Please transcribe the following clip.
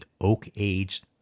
oak-aged